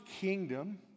kingdom